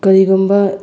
ꯀꯔꯤꯒꯨꯝꯕ